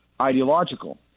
ideological